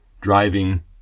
driving